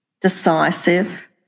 decisive